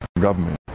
government